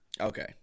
Okay